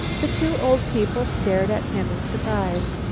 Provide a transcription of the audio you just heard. the two old people stared at him in surprise.